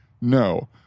No